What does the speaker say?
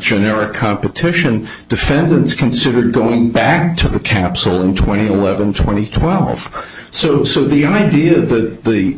generic competition defendants consider going back to the capsule in twenty eleven twenty twelve or so so the idea that the